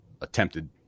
attempted